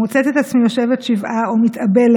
מוצאת את עצמי יושבת שבעה או מתאבלת